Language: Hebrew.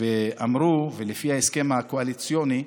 לפי ההסכם הקואליציוני,